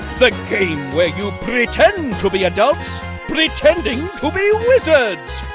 the game where you pretend to be adults pretending to be wizards,